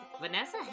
Vanessa